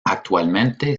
actualmente